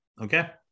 Okay